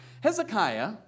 Hezekiah